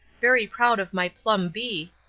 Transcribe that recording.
very proud of my plumb. b,